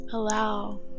Allow